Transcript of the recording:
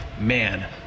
man